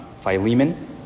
Philemon